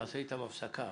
נעשה איתם הפסקה,